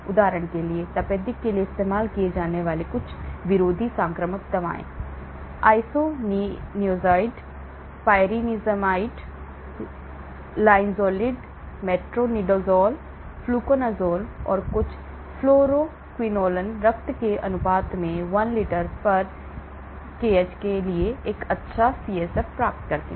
उदाहरण के लिए तपेदिक के लिए इस्तेमाल की जाने वाली कुछ विरोधी संक्रामक दवाएं isoniazid pyrazinamide linezolid metronidazole fluconazole और कुछ फ़्लोरोक्विनोलोन रक्त के अनुपात में 1 litrekh के लिए एक अच्छा CSF प्राप्त करते हैं